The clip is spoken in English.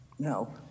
No